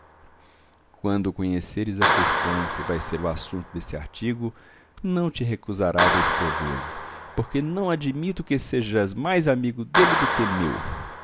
quando conheceres a questão que vai ser o assunto desse artigo não te recusarás a escrevê lo porque não admito que sejas mais amigo dele do que meu